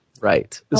Right